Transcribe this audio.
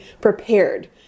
prepared